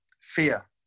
fear